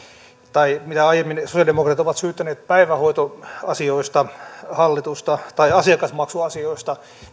tai mistä aiemmin sosialidemokraatit ovat syyttäneet päivähoitoasioista hallitusta tai asiakasmaksuasioista